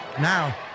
Now